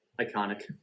iconic